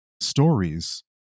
stories